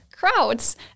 crowds